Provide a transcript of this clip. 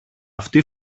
αυτοί